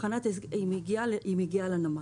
המכולה מגיעה לנמל.